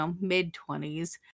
mid-twenties